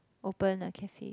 open a cafe